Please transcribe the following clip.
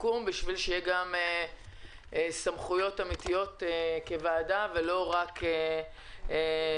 בשביל שיהיו גם סמכויות אמיתיות כוועדה ולא רק שיחות.